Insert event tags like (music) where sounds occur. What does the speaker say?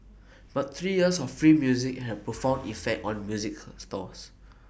but three years of free music had A profound effect on music (noise) stores